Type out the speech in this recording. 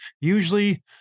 Usually